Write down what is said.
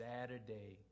Saturday